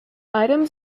items